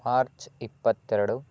March ಇಪ್ಪತ್ತೆರಡು